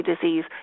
disease